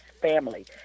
family